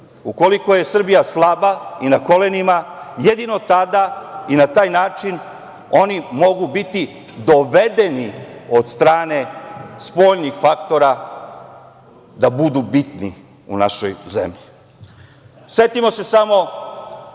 Ukoliko je Srbija slaba i na kolenima, jedino tada i na taj način oni mogu biti dovedeni od strane spoljnih faktora da budu bitni u našoj zemlji. Setimo